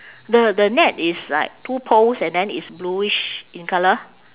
the the net is like two poles and then it's blueish in colour